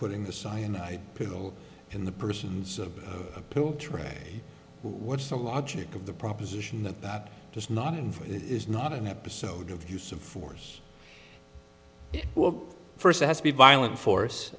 putting the cyanide pill in the person's tray what's the logic of the proposition that that does not mean it is not an episode of use of force well first has to be violent force